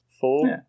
four